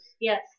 Yes